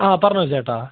ആ പറഞ്ഞുകൊള്ളൂ ചേട്ടാ